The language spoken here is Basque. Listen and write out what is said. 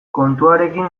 kontuarekin